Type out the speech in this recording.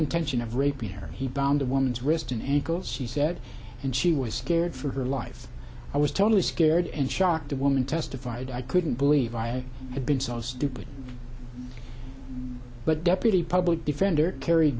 intention of raping her he donned a woman's wrist an ankle she said and she was scared for her life i was totally scared and shocked the woman testified i couldn't believe i had been so stupid but deputy public defender